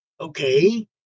Okay